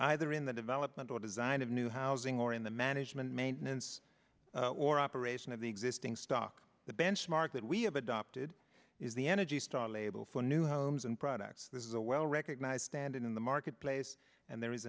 either in the development or design of new housing or in the management maintenance or operation of the existing stock the benchmark that we have adopted is the energy star label for new homes and products this is a well recognized standing in the marketplace and there is